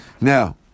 Now